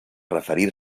referir